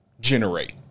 generate